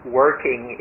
working